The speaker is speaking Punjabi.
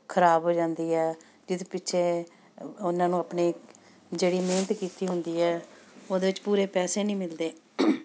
ਖ਼ਰਾਬ ਹੋ ਜਾਂਦੀ ਹੈ ਜਿਹਦੇ ਪਿੱਛੇ ਉਹਨਾਂ ਨੂੰ ਆਪਣੀ ਜਿਹੜੀ ਮਿਹਨਤ ਕੀਤੀ ਹੁੰਦੀ ਹੈ ਉਹਦੇ ਵਿੱਚ ਪੂਰੇ ਪੈਸੇ ਨਹੀਂ ਮਿਲਦੇ